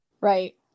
right